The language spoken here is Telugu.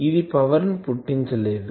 ఇది పవర్ ని పుట్టించలేదు